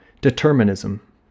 Determinism